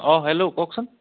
অঁ হেল্ল' কওকচোন